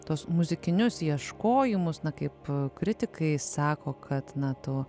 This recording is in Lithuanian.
tuos muzikinius ieškojimus na kaip kritikai sako kad na tu